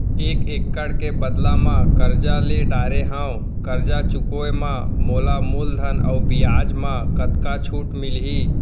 एक एक्कड़ के बदला म करजा ले डारे हव, करजा चुकाए म मोला मूलधन अऊ बियाज म कतका छूट मिलही?